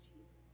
Jesus